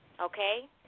Okay